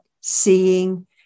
seeing